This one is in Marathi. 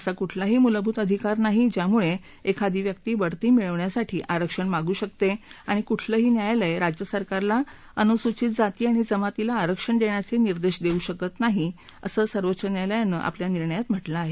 असा कुठलाही मूलभूत अधिकार नाही ज्यामुळे एखादी व्यक्ती बढती मिळवण्यासाठी आरक्षण मागू शकते आणि कुठलेही न्यायालय राज्य सरकारला अनुसूचित जाती आणि अनुसूचित जमातीला आरक्षण देण्याचे निर्देश देऊ शकत नाही असं सर्वोच्च न्यायालयाने आपल्या अलिकडच्या निर्णयात म्हा लं आहे